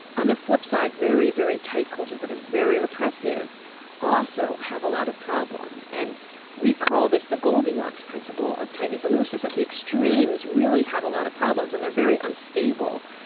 on the flip-side, very, very tight cultures that are very oppressive also have a lot of problems, and we call this the goldilocks principle of tightness and looseness, that the extremes really have a lot of problems and they are very unstable.